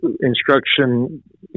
instruction